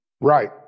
Right